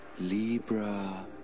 Libra